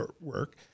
work